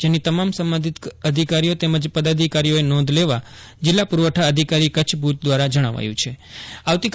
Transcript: જેની તમામ સબંધિત અધિકારીઓ તેમજ પદાધિકારીઓએ નોંધ લેવા જિલ્લા પુરવઠા અધિકારી કચ્છ ભુજ દ્વારા જષ્માવાયું છું